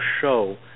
show